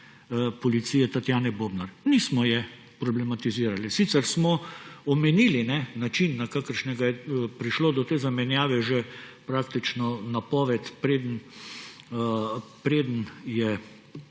Policije Tatjane Bobnar, nismo je problematizirali. Sicer smo omenili način, na kakršnega je prišlo do te zamenjave, že praktično napoved, preden je